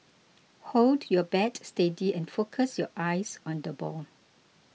hold your bat steady and focus your eyes on the ball